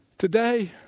Today